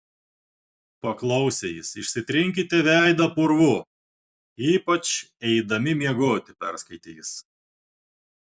paklausė jis išsitrinkite veidą purvu ypač eidami miegoti perskaitė jis